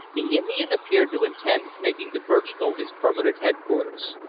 the indian appeared to intend making the birch-knoll his permanent headquarters.